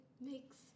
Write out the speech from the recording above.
makes